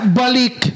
balik